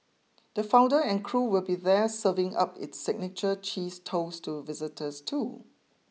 the founder and crew will be there serving up its signature cheese toast to visitors too